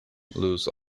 lose